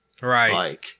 Right